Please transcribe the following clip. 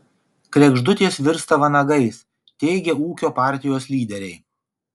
kregždutės virsta vanagais teigia ūkio partijos lyderiai